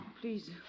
Please